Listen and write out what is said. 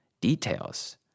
details